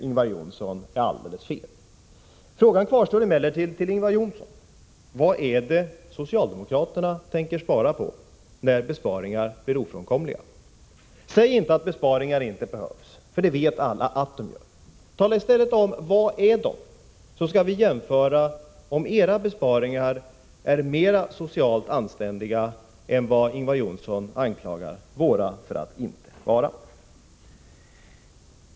Ingvar Johnsson vet att det är helt fel. Frågan kvarstår emellertid till honom: Vad är det socialdemokraterna tänker spara på när besparingar blir ofrånkomliga? Säg inte att besparingar inte behövs, för alla vet att de behövs. Tala i stället om vilka de är, så skall vi jämföra om era besparingar är mera socialt anständiga än vad Ingvar Johnsson anklagar våra för att vara.